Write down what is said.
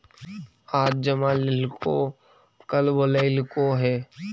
आज जमा लेलको कल बोलैलको हे?